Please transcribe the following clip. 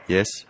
Yes